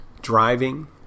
Driving